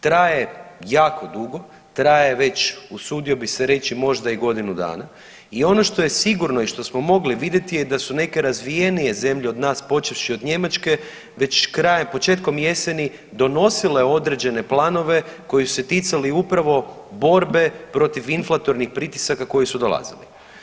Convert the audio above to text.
Traje jako dugo, traje već usudio bih se reći možda i godinu dana i ono što je sigurno i što smo mogli vidjeti je da su neke razvijenije zemlje od nas, počevši od Njemačke već krajem, početkom jeseni donosile određene planove koje su se ticali upravo borbe protiv inflatornih pritisaka koji su dolazili.